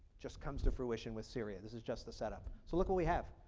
just comes to fruition with syria. this is just the set up. so look what we have.